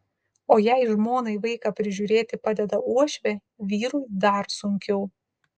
o jei žmonai vaiką prižiūrėti padeda uošvė vyrui dar sunkiau